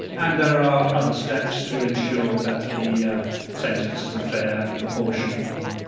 and there are other steps to ensure that the sentence is a fair and proportionate one.